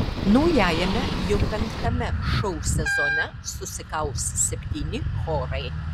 naujajame jau penktame šou sezone susikaus septyni chorai